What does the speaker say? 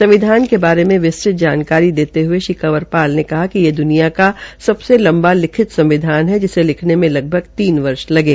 संविधान के बारे में विस्तृत जानकारी देते हये श्री कंवरपाल ने कहा कि ये द्रनिया का सबसे लंबा लिखित संविधान है जिसे लिखने में लगभग तीन वर्ष लगे